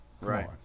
Right